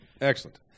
Excellent